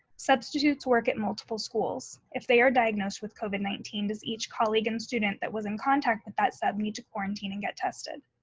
substitutes work at multiple schools. if they are diagnosed with covid nineteen, does each colleague and student that was in contact with that sub need to quarantine and get tested?